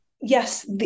yes